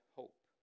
hope